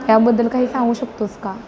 याबद्दल काही सांगू शकतोस का